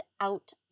out